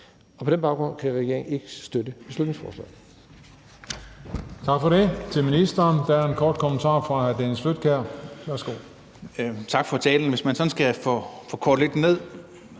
Og på den baggrund kan regeringen ikke støtte beslutningsforslaget.